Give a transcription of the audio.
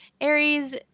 Aries